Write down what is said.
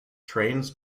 trains